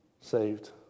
saved